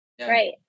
Right